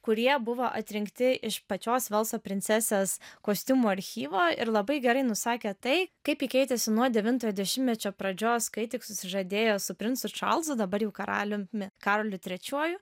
kurie buvo atrinkti iš pačios velso princesės kostiumų archyvo ir labai gerai nusakė tai kaip keitėsi nuo devintojo dešimtmečio pradžios kai tik susižadėjo su princu čarlzu dabar jau karaliumi karoliu trečiuoju